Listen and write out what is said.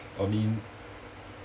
I mean